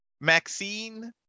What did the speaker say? Maxine